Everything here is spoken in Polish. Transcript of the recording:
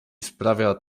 sprawia